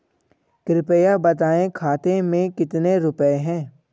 कृपया बताएं खाते में कितने रुपए हैं?